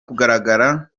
kugaragara